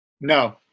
no